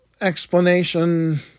explanation